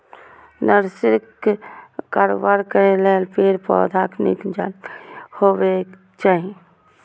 नर्सरीक कारोबार करै लेल पेड़, पौधाक नीक जानकारी हेबाक चाही